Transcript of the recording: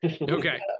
Okay